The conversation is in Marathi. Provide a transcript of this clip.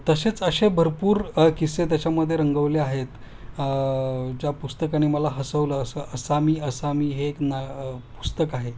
तसेच असे भरपूर किस्से त्याच्यामधे रंगवले आहेत ज्या पुस्तकाने मला हसवलं असं असा मी असामी हे एक ना पुस्तक आहे